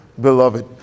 beloved